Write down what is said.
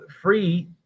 Free